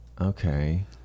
Okay